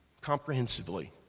comprehensively